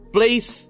Place